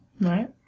Right